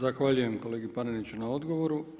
Zahvaljujem kolegi Paneniću na odgovoru.